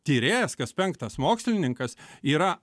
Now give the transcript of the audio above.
tyrėjas kas penktas mokslininkas yra